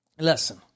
Listen